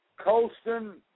Colston